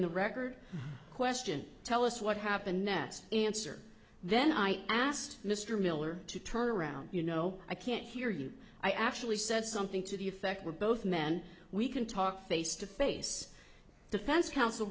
the record question tell us what happened next answer then i asked mr miller to turn around you know i can't hear you i actually said something to the effect we're both men we can talk face to face defense counsel